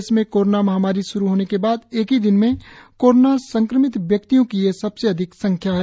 देश में कोरोना महामारी श्रू होने के बाद एक ही दिन में कोरोना संक्रमित व्यक्तियों की ये सबसे अधिक संख्या है